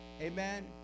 Amen